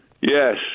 Yes